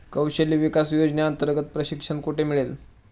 कौशल्य विकास योजनेअंतर्गत प्रशिक्षण कुठे मिळेल?